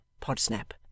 Podsnap